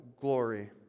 glory